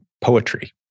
poetry